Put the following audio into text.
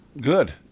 good